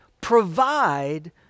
provide